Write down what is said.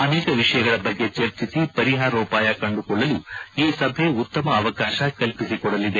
ಅನೇಕ ವಿಷಯಗಳ ಬಗ್ಗೆ ಚರ್ಚಿಸಿ ಪರಿಹಾರೋಪಾಯ ಕಂಡುಕೊಳ್ಳಲು ಈ ಸಭೆ ಉತ್ತಮ ಅವಕಾಶ ಕಲ್ಪಿಸಿಕೊಡಲಿದೆ